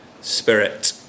Spirit